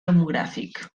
demogràfic